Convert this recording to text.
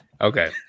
Okay